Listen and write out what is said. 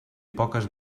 poques